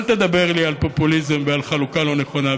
אל תדבר לי על פופוליזם ועל חלוקה לא נכונה.